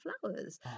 flowers